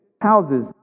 houses